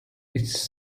its